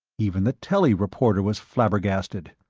even the telly reporter was flabbergasted.